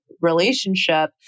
relationship